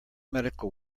medical